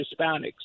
hispanics